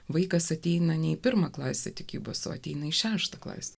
vaikas ateina nei pirmą klasę tikybos lotynai šeštą klasę